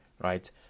Right